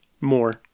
more